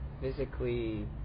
physically